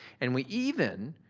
and we even,